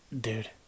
dude